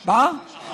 מה?